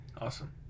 Awesome